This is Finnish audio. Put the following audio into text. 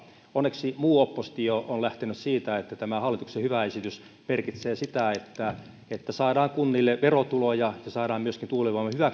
onneksi muu oppositio on lähtenyt siitä että tämä hallituksen hyvä esitys merkitsee sitä että että saadaan kunnille verotuloja ja saadaan myöskin tuulivoiman